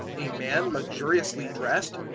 a man luxuriously dressed?